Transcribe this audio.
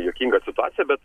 juokinga situacija bet